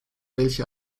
welche